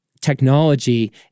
technology